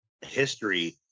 history